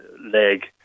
leg